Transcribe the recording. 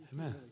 Amen